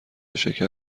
شکر